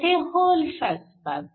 येथे होल साचतात